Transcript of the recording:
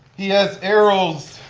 he has arrows